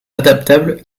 adaptable